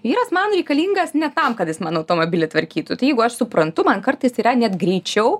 vyras man reikalingas ne tam kad jis mano automobilį tvarkytų tai jeigu aš suprantu man kartais yra net greičiau